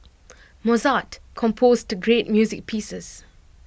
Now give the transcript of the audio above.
Mozart composed great music pieces